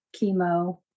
chemo